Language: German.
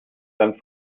dann